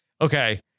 Okay